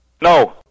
No